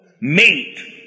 mate